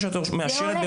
זה מה שאת מאשרת ב-100%?